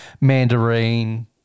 mandarin